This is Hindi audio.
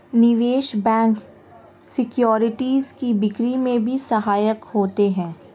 निवेश बैंक सिक्योरिटीज़ की बिक्री में भी सहायक होते हैं